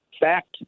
fact